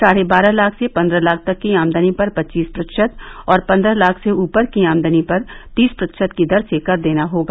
साढ़े बारह लाख से पन्द्रह लाख तक की आमदनी पर पच्चीस प्रतिशत और पन्द्रह लाख से ऊपर की आमदनी पर तीस प्रतिशत की दर से कर देना होगा